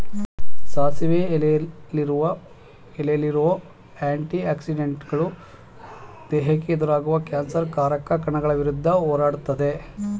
ಸಾಸಿವೆ ಎಲೆಲಿರೋ ಆಂಟಿ ಆಕ್ಸಿಡೆಂಟುಗಳು ದೇಹಕ್ಕೆ ಎದುರಾಗುವ ಕ್ಯಾನ್ಸರ್ ಕಾರಕ ಕಣಗಳ ವಿರುದ್ಧ ಹೋರಾಡ್ತದೆ